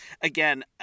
again